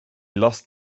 lost